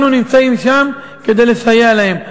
אנחנו נמצאים שם כדי לסייע להם.